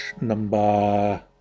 number